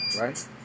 Right